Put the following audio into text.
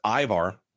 ivar